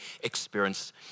experience